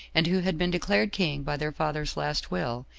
and who had been declared king by their father's last will,